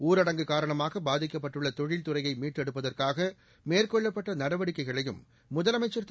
ஊரடங்கு காரணமாக பாதிக்கப்பட்டுள்ள தொழில்துறையை மீட்டெடுப்பதற்காக மேற்கொள்ளப்பட்ட நடவடிக்கைகளையும் முதலமைச்சர் திரு